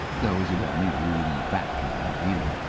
though, as he well knew, even a back can be revealing.